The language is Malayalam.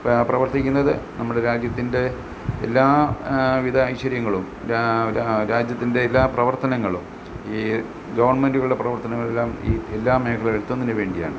പ്രവർത്തിക്കുന്നത് നമ്മുടെ രാജ്യത്തിൻ്റെ എല്ലാ വിധ ഐശ്വര്യങ്ങളും രാജ്യത്തിൻ്റെ എല്ലാ പ്രവർത്തനങ്ങളും ഈ ഗവൺമെൻ്റുകളുടെ പ്രവർത്തനങ്ങളുമെല്ലാം ഈ എല്ലാ മേഖലയിലും എത്തുന്നതിനു വേണ്ടിയാണ്